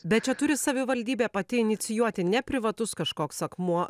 bet čia turi savivaldybė pati inicijuoti ne privatus kažkoks akmuo